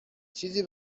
چیزی